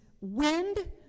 wind